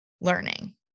learning